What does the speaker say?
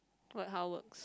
what how works